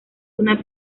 una